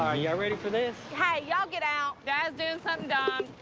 ah y'all ready for this? hey, y'all get out. dad is doing something dumb.